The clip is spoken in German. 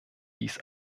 dies